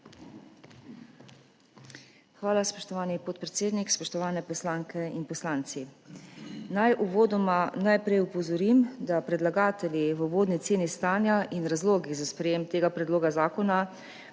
Hvala, spoštovani podpredsednik! Spoštovani poslanke in poslanci! Naj uvodoma najprej opozorim, da predlagatelji v uvodni oceni stanja in razlogih za sprejem tega predloga zakona,